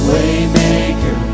Waymaker